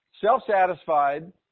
self-satisfied